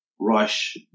rush